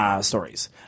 Stories